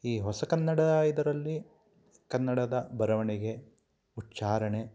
ಈ ಹೊಸ ಕನ್ನಡ ಇದರಲ್ಲಿ ಕನ್ನಡದ ಬರವಣಿಗೆ ಉಚ್ಚಾರಣೆ